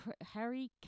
harry